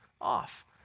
off